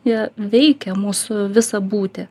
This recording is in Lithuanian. jie veikia mūsų visą būtį